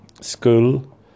school